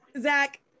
Zach